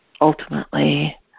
Ultimately